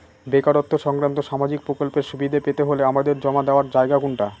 বেকারত্ব সংক্রান্ত সামাজিক প্রকল্পের সুবিধে পেতে হলে আবেদন জমা দেওয়ার জায়গা কোনটা?